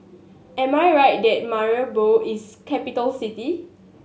am I right that Paramaribo is capital city